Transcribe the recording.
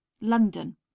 London